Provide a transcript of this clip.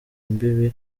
imbibi